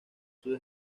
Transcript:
sus